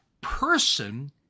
person